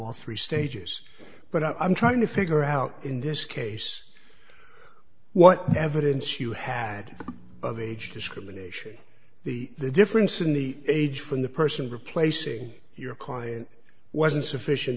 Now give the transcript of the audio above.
while three stages but i'm trying to figure out in this case what evidence you had of age discrimination the difference in the age from the person replacing your client wasn't sufficient